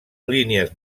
línies